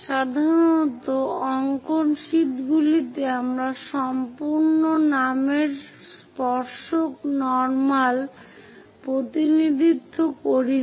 সাধারণত অঙ্কন শীটগুলিতে আমরা সম্পূর্ণ নামের স্পর্শক নর্মাল প্রতিনিধিত্ব করি না